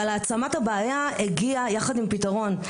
אבל העצמת הבעיה הגיעה יחד עם פתרון.